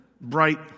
bright